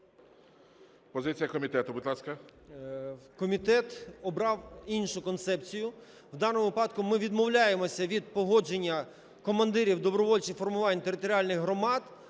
Комітет обрав іншу концепцію. В даному випадку ми відмовляємося від погодження командирів добровольчих формувань територіальних громад